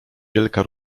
wielka